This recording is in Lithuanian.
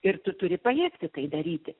ir tu turi pajėgti tai daryti